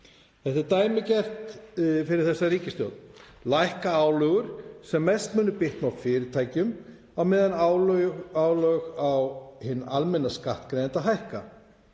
Það er dæmigert fyrir þessa ríkisstjórn að lækka álögur sem mest munu bitna á fyrirtækjum á meðan álögur á hinn almenna skattgreiðanda hækka.